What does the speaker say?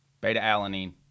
Beta-alanine